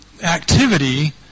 activity